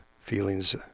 feelings